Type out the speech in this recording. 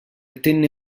tenne